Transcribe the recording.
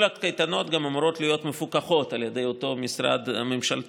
כל הקייטנות גם אמורות להיות מפוקחות על ידי אותו משרד ממשלתי,